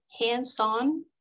hands-on